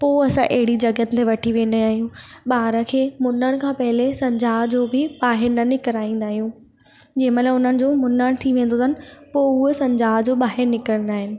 पोइ असां अहिड़ी जॻहनि ते वठी वेंदा आहियूं ॿार खे मुञण खां पहले संजाह जो बि ॿाहिरि न निकराईंदा आहियूं जंहिंमहिल हुननि जो मुञण थी वेंदो आहिनि पोइ उहे संजाह जो ॿाहिरि निकरंदा आहिनि